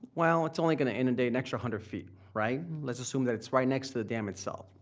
well, it's only gonna inundate an extra hundred feet, right? let's assume that it's right next to the dam itself.